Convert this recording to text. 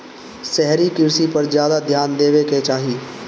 शहरी कृषि पर ज्यादा ध्यान देवे के चाही